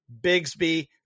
Bigsby